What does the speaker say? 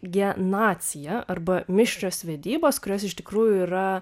gie nacija arba mišrios vedybos kurios iš tikrųjų yra